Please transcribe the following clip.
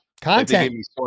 Content